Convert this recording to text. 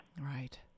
Right